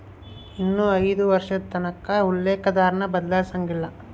ಇನ್ನ ಐದು ವರ್ಷದತಕನ ಉಲ್ಲೇಕ ದರಾನ ಬದ್ಲಾಯ್ಸಕಲ್ಲ